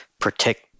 protect